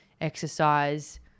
Exercise